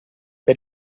per